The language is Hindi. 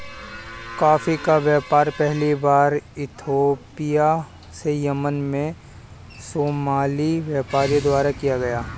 कॉफी का व्यापार पहली बार इथोपिया से यमन में सोमाली व्यापारियों द्वारा किया गया